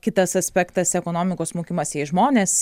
kitas aspektas ekonomikos smukimas jei žmonės